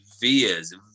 vias